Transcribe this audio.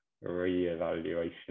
re-evaluation